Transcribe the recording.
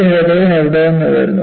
ഈ ഹൈഡ്രജൻ എവിടെ നിന്ന് വരുന്നു